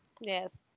Yes